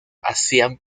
hacían